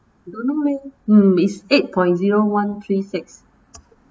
don't know leh mm it's eight point zero one three six